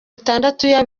itandatu